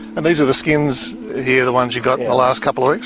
and these are the skins here, the ones you've got in the last couple of